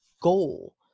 goal